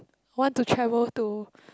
want to travel to